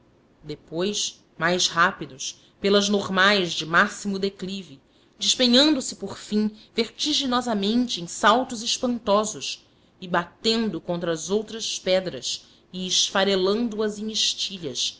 depois mais rápidos pelas normais de máximo declive despenhando se por fim vertiginosamente em saltos espantosos e batendo contra as outras pedras e esfarelando as em estilhas